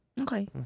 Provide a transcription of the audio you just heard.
okay